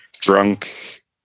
drunk